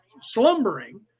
slumbering